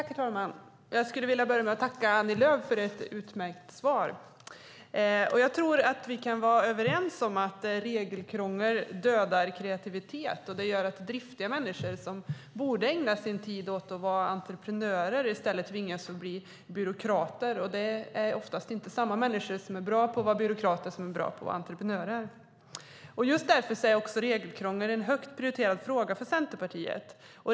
Herr talman! Jag vill börja med att tacka Annie Lööf för ett utmärkt svar. Jag tror att vi kan vara överens om att regelkrångel dödar kreativitet. Det gör att driftiga människor som borde ägna sin tid åt att vara entreprenörer i stället tvingas att bli byråkrater. Men oftast är de människor som är bra byråkrater inte bra entreprenörer. Just därför är regelkrånglet en högt prioriterad fråga för Centerpartiet.